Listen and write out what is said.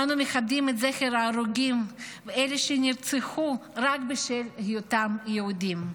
אנו מכבדים את זכר ההרוגים ואלה שנרצחו רק בשל היותם יהודים.